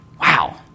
Wow